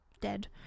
dead